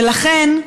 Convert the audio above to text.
ולכן,